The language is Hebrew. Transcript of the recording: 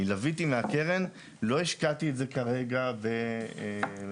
לוויתי מהקרן, לא השקעתי את זה כרגע בנאסד"ק.